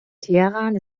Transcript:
teheran